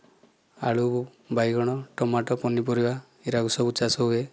ଆଳୁ ବାଇଗଣ ଟମାଟୋ ପନିପରିବା ଏରାକୁ ସବୁ ଚାଷ ହୁଏ